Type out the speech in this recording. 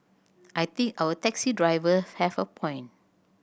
I think our taxi driver have a point